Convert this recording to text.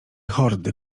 hordy